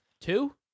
Two